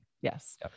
Yes